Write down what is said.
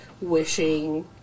wishing